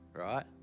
right